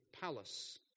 palace